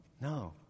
no